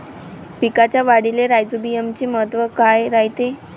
पिकाच्या वाढीले राईझोबीआमचे महत्व काय रायते?